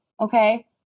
okay